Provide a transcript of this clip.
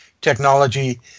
technology